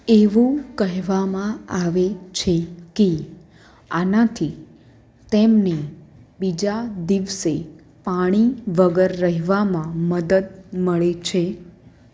એવું કહેવામાં આવે છે કે આનાથી તેમને બીજા દિવસે પાણી વગર રહેવામાં મદદ મળે છે